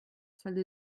salle